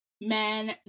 men